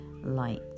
light